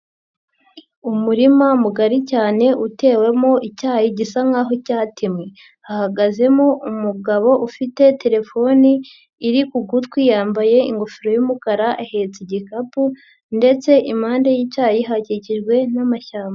Umurima mugari cyane utewemo icyayi gisa nkaho cyatemwe, hahagazemo umugabo ufite telefone iri ku gutwi yambaye ingofero y'umukara ahetse igikapu ndetse impande y'icyayi hakikijwe n'amashyamba.